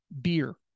Beer